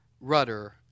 rudder